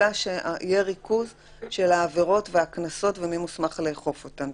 אלא שיהיה ריכוז של העבירות והקנסות ומי מוסמך לאכוף אותן,